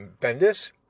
Bendis